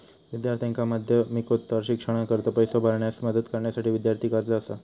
विद्यार्थ्यांका माध्यमिकोत्तर शिक्षणाकरता पैसो भरण्यास मदत करण्यासाठी विद्यार्थी कर्जा असा